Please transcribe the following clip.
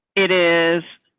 it is.